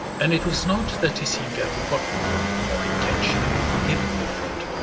and it was not that he seemed to have forgotten or intentionally forgiven the affront,